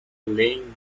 laying